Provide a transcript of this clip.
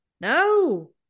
no